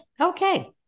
Okay